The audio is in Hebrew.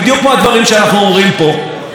איזה זלזול זה בכנסת.